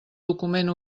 document